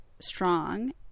strong